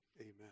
amen